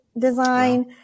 design